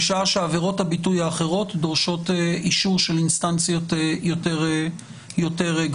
בשעה שעבירות הביטוי האחרות דורשות אישור של אינסטנציות יותר גבוהות.